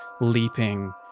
leaping